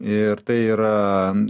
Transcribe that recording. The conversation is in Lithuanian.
ir tai yra